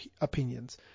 opinions